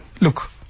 Look